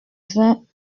vingt